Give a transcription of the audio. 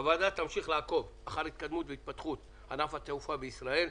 הוועדה תמשיך לעקוב אחר התקדמות והתפתחות ענף התעופה בישראל,